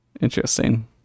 Interesting